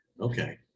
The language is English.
Okay